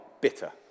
bitter